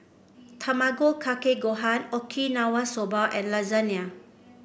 Tamago Kake Gohan Okinawa Soba and Lasagna